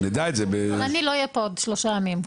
אני לא אהיה פה בעוד שלושה ימים.